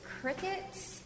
crickets